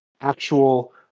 actual